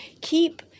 keep